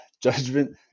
judgment